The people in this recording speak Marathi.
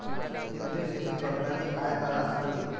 सेंद्रिय शेती करतांनी काय तरास होते?